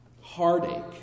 heartache